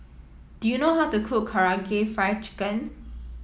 do you know how to cook Karaage Fried Chicken